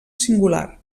singular